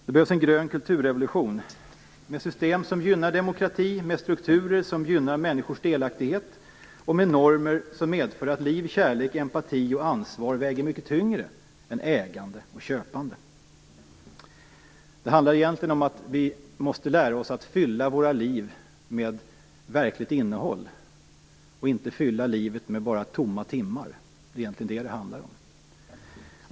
Det behövs en grön kulturrevolution med system som gynnar demokrati, strukturer som gynnar människors delaktighet och normer som medför att liv, kärlek, empati och ansvar väger mycket tyngre än ägande och köpande. Det handlar om att vi måste lära oss att fylla våra liv med verkligt innehåll och inte bara fylla livet med tomma timmar. Det är vad det egentligen handlar om.